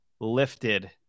lifted